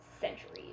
centuries